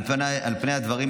על פני הדברים,